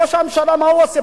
ראש הממשלה, מה הוא עושה?